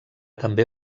també